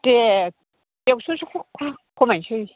दे एक्स'सोखौ खमायनोसै